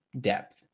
depth